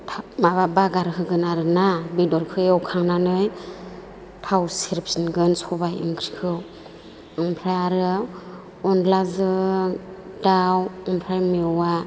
माबा बागान होगोन आरो ना बेदरखौ एवखांनानै थाव सेरफिनगोन सबाय ओंख्रिखौ ओमफ्राय आरो अनलाजों दाउ ओमफ्राय मेवा